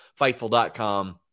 Fightful.com